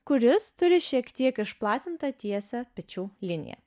kuris turi šiek tiek išplatintą tiesią pečių liniją